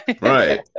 Right